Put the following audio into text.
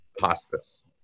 hospice